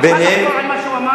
אתה יכול לחזור על מה שהוא אמר?